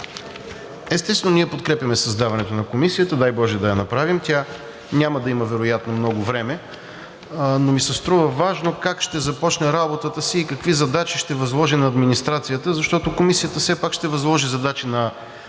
Естествено, ние подкрепяме създаването на Комисията – дай боже да я направим. Тя няма да има вероятно много време, но ми се струва важно как ще започне работата си и какви задачи ще възложи на администрацията, защото Комисията все пак ще възложи задачи на администрацията,